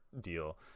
deal